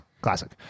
Classic